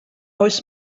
oes